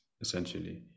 essentially